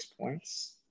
points